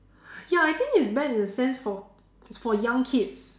ya I think it's bad in a sense for for young kids